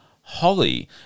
holly